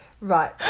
Right